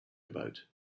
about